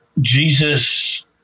Jesus